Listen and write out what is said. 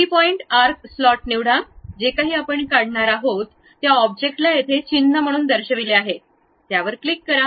three point arc slot निवडा जे काही आपण काढणार आहोत त्या ऑब्जेक्टला येथे चिन्ह म्हणून दर्शविले आहे त्यावर क्लिक करा